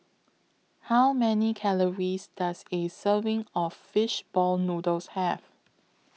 How Many Calories Does A Serving of Fish Ball Noodles Have